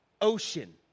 ocean